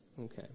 Okay